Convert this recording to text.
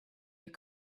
your